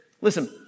Listen